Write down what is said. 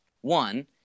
one